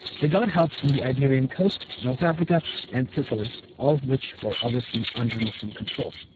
they got help from the iberian coast, north africa and sicily, all of which were obviously under muslim control.